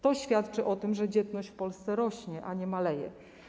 To świadczy o tym, że dzietność w Polsce rośnie, a nie maleje.